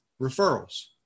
referrals